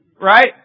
right